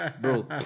bro